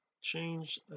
change